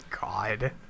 god